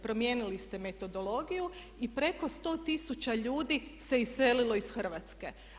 Promijenili ste metodologiju i preko 100 tisuća ljudi se iselilo iz Hrvatske.